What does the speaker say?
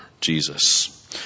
Jesus